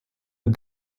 but